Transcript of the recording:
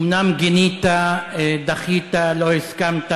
אומנם גינית, דחית, לא הסכמת